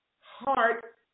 heart